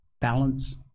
balance